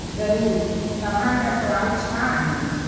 ज़रूरु तव्हां जा सुवाल छा आहिनि